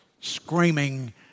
screaming